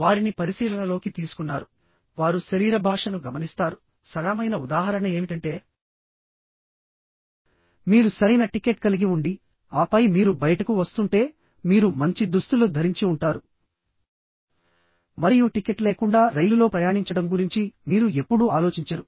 వారిని పరిశీలనలోకి తీసుకున్నారు వారు శరీర భాషను గమనిస్తారు సరళమైన ఉదాహరణ ఏమిటంటే మీరు సరైన టికెట్ కలిగి ఉండి ఆపై మీరు బయటకు వస్తుంటే మీరు మంచి దుస్తులు ధరించి ఉంటారు మరియు టికెట్ లేకుండా రైలులో ప్రయాణించడం గురించి మీరు ఎప్పుడూ ఆలోచించరు